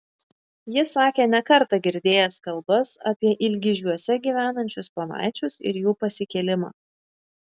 jis sakė ne kartą girdėjęs kalbas apie ilgižiuose gyvenančius ponaičius ir jų pasikėlimą